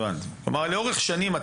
הבנתי, לאורך שנים.